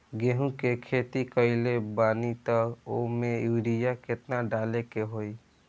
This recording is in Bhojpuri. गेहूं के खेती कइले बानी त वो में युरिया केतना डाले के होई?